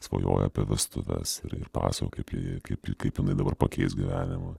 svajoja apie vestuves ir ir pasakoja kaip kaip jinai dabar pakeis gyvenimą